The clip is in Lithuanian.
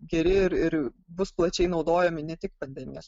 geri ir ir bus plačiai naudojami ne tik pandemijos